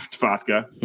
Vodka